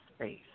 space